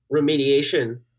remediation